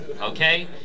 Okay